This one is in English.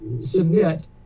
submit